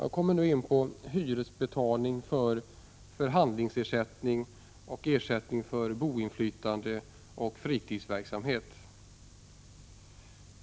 Jag kommer nu in på hyresbetalning för förhandlingsersättning och ersättning för boinflytande och fritidsverksamhet.